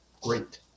great